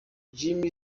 jimmy